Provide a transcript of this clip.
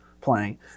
playing